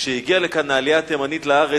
כשהגיעה העלייה התימנית לכאן לארץ,